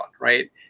right